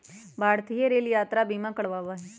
भारतीय रेल यात्रा बीमा करवावा हई